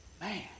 Man